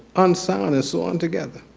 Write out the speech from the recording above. unsewn and so un-together.